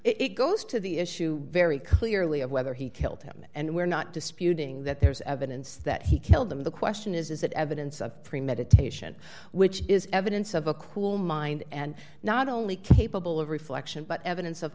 issue it goes to the issue very clearly of whether he killed him and we're not disputing that there's evidence that he killed them the question is is that evidence of premeditation which is evidence of a cool mind and not only capable of reflection but evidence of